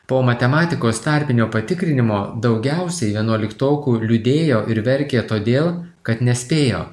po matematikos tarpinio patikrinimo daugiausiai vienuoliktokų liūdėjo ir verkė todėl kad nespėjo